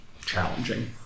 challenging